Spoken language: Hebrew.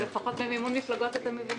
אבל לפחות במימון מפלגות אתם מבינים.